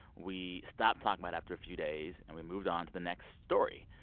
we stopped talking about after a few days, and we moved on to the next story.